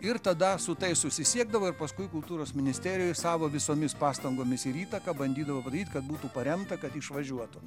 ir tada su tais susisiekdavo ir paskui kultūros ministerijoj savo visomis pastangomis ir įtaką bandydavo padaryt kad būtų paremta kad išvažiuotum